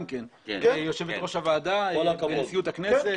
יושבת ראש הוועדה ונשיאות הכנסת.